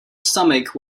stomach